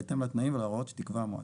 בהתאם לתנאים ולהוראות שתקבע המועצה.."